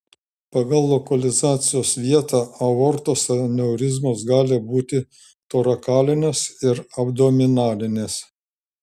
pagal lokalizacijos vietą aortos aneurizmos gali būti torakalinės ir abdominalinės